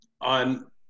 on